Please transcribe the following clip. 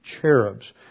cherubs